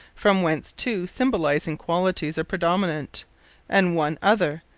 from whence two symbolizing qualities are predominant and one other,